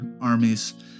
armies